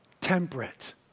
temperate